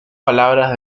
palabras